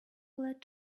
glad